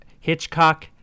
Hitchcock